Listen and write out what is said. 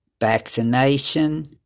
Vaccination